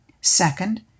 Second